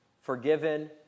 Forgiven